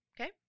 Okay